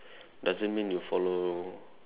doesn't mean you follow